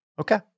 Okay